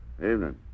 Evening